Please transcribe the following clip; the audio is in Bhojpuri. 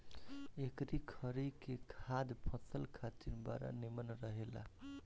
एकरी खरी के खाद फसल खातिर बड़ा निमन रहेला